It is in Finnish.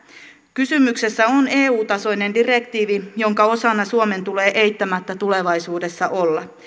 kysymyksessä on eu tasoinen direktiivi jonka osana suomen tulee eittämättä tulevaisuudessa olla